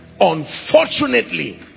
Unfortunately